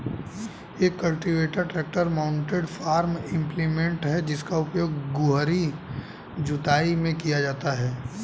एक cultivator tractor mounted farm implement है जिसका उपयोग गहरी जुताई में किया जाता है